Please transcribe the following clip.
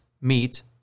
meet